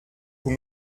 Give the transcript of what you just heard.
vous